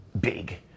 big